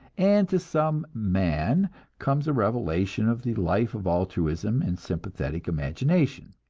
and to some man comes a revelation of the life of altruism and sympathetic imagination.